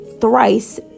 thrice